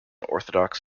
orthodox